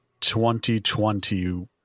2020